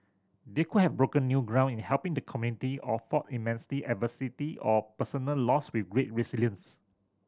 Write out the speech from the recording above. they could have broken new ground in helping the community or fought immense adversity or personal loss with great resilience